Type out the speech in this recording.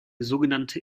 sogenannte